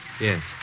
Yes